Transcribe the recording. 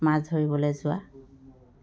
মাছ ধৰিবলৈ যোৱা